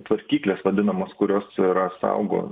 tvarkyklės vadinamos kurios yra saugo